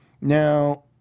Now